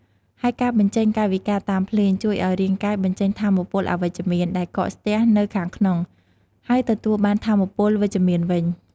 ហើយការបញ្ចេញកាយវិការតាមភ្លេង ជួយឲ្យរាងកាយបញ្ចេញថាមពលអវិជ្ជមាន ដែលកកស្ទះនៅខាងក្នុង ហើយទទួលបានថាមពលវិជ្ជមានវិញ។